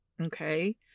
Okay